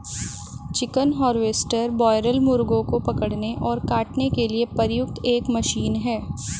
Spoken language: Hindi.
चिकन हार्वेस्टर बॉयरल मुर्गों को पकड़ने और काटने के लिए प्रयुक्त एक मशीन है